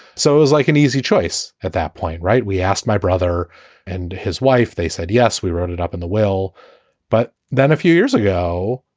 so it was like an easy choice. at that point, right. we asked my brother and his wife. they said, yes, we were ended up in the well but then a few years ago,